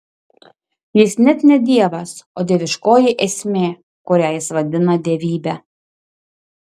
jis net ne dievas o dieviškoji esmė kurią jis vadina dievybe